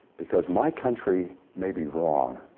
because my country may be wrong.